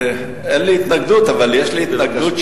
אין לי התנגדות,